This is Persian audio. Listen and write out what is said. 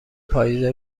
پائیز